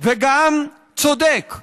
וגם צודק,